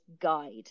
guide